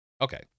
Okay